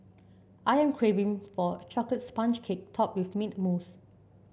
I am craving for a chocolate sponge cake topped with mint mousse